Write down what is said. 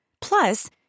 Plus